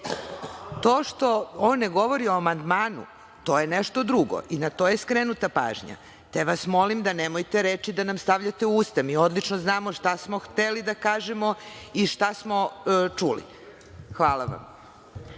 To što on ne govori o amandmanu, to je nešto drugo i na to je skrenuta pažnja, te vas molim da nam ne stavljate reči u usta. Odlično znamo šta smo hteli da kažemo i šta smo čuli. Hvala vam.